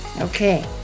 Okay